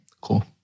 cool